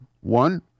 one